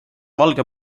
valge